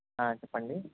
ఆ చెప్పండి